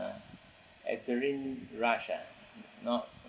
adrenaline rush ah not